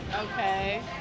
okay